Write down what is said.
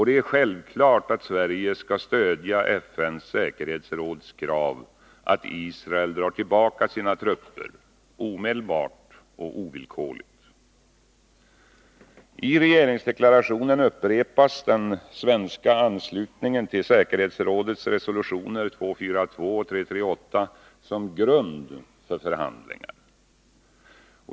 Det är självklart att Sverige skall stödja FN:s säkerhetsråds krav att Israel drar tillbaka sina trupper omedelbart och ovillkorligt. I regeringsdeklarationen upprepas den svenska anslutningen till säkerhetsrådets resolutioner 242 och 338 som grund för förhandlingar.